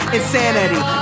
Insanity